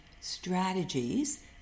strategies